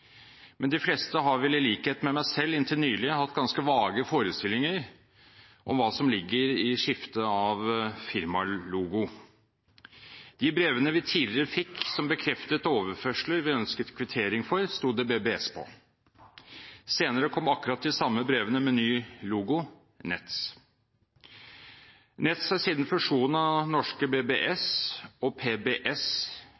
Men de fleste har vel, i likhet med meg selv, inntil nylig hatt ganske vage forestillinger om hva som ligger i skifte av firmalogo. De brevene vi tidligere fikk som bekreftet overførsler vi ønsket kvittering for, sto det BBS på. Senere kom akkurat de samme brevene med en ny logo: Nets. Nets har siden fusjonen av norske BBS